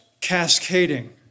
cascading